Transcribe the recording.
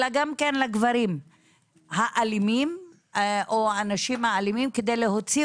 אלא גם לגברים האלימים או האנשים האלימים כדי להוציא